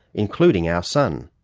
including our sun.